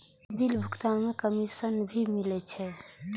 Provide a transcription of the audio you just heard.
Bill भुगतान में commission भी मिले छै?